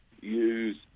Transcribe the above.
use